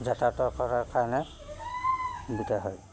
যাতায়াতৰ কৰাৰ কাৰণে বিকা হয়